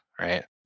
right